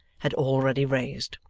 had already raised.